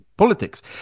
politics